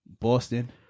Boston